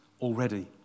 already